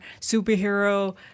superhero